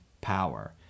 power